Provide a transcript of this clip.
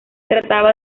trataba